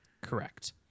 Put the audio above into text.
Correct